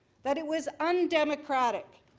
that it was undemocratic.